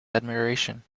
admiration